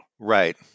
right